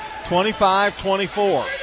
25-24